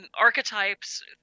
archetypes